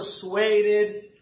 persuaded